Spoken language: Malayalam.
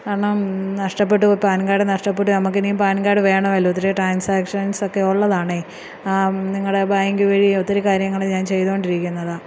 കാരണം നഷ്ടപെട്ടു പാൻ കാഡ് നഷ്ടപ്പെട്ടു നമുക്ക് ഇനിയും പാൻ കാഡ് വേണമല്ലോ ഒത്തിരി ട്രാൻസാക്ഷൻസൊക്കെ ഉള്ളതാണേ നിങ്ങളുടെ ബാങ്ക് വഴിയേ ഒത്തിരി കാര്യങ്ങൾ ഞാൻ ചെയ്തു കൊണ്ടിരിക്കുന്നതാണ്